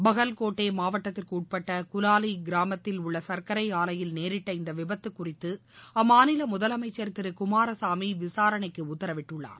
பஹல்கோட்டை மாவட்டத்திற்கு உட்பட்ட குலாலி கிராமத்தில் உள்ள சர்க்கரை ஆலையில் நேரிட்ட இந்த விபத்து குறித்து அம்மாநில முதலமைச்சர் திரு குமாரசாமி விசாரணைக்கு உத்தரவிட்டுள்ளார்